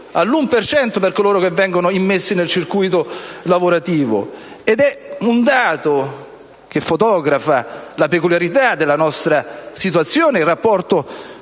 cento per coloro che vengono immessi nel circuito lavorativo. È un dato che fotografa la peculiarità della nostra situazione in rapporto